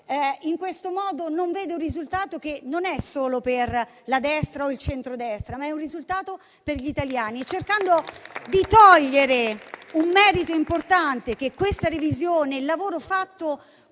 in questo modo non si vede un risultato che non è solo per la destra o il centrodestra, ma per gli italiani, cercando di togliere un merito importante per questa revisione e per il lavoro fatto